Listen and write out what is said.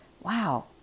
Wow